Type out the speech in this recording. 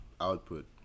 output